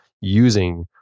using